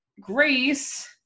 Grace